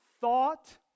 thought